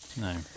No